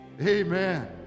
amen